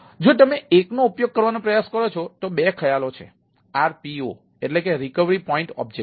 તેથી જો તમે એકનો ઉપયોગ કરવાનો પ્રયાસ કરો છો તો 2 ખ્યાલો છે RPO રિકવરી પોઇન્ટ ઓબ્જેક્ટિવ